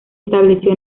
estableció